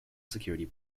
security